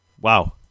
Wow